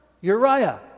Uriah